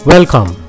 Welcome